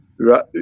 Right